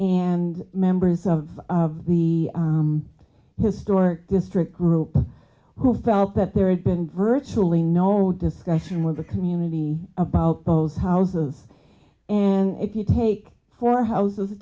and members of the historic district group who felt that there has been virtually no discussion with the community about those houses and if you take four houses